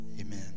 amen